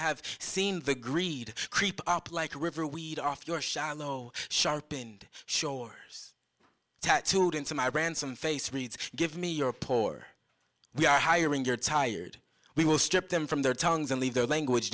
have seen the greed creep up like a river we eat off your shallow sharpened shores tattooed into my ransom face reads give me your poor we are hiring your tired we will strip them from their tongues and leave their language